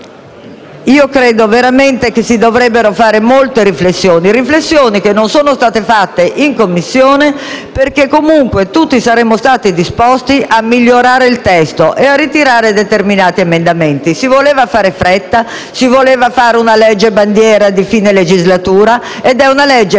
Io credo davvero che si dovrebbero fare molte riflessioni. Riflessioni che non sono state fatte in Commissione dove, comunque, saremmo stati tutti disposti a migliorare il testo e a ritirare determinati emendamenti. Si voleva fare in fretta, si voleva fare una legge bandiera di fine legislatura. Ed è una legge fatta